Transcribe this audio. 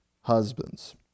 husbands